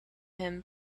him